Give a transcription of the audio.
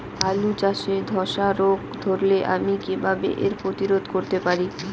আলু চাষে ধসা রোগ ধরলে আমি কীভাবে এর প্রতিরোধ করতে পারি?